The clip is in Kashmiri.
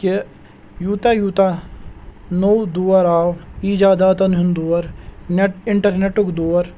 کہِ یوٗتاہ یوٗتاہ نوٚو دور آو ایجاداتَن ہُنٛد دور نٮ۪ٹ اِنٹَرنیٹُک دور